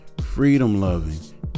freedom-loving